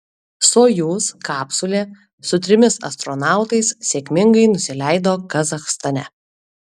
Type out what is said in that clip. sojuz kapsulė su trimis astronautais sėkmingai nusileido kazachstane